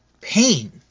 pain